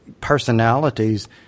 personalities